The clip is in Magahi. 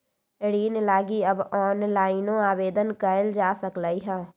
ऋण लागी अब ऑनलाइनो आवेदन कएल जा सकलई ह